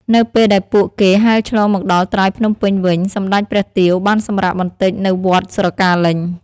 នៅពេលដែលពួកគេហែលឆ្លងមកដល់ត្រើយភ្នំពេញវិញ សម្តេចព្រះទាវបានសម្រាកបន្តិចនៅវត្តស្រកាលេញ។